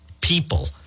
people